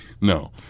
No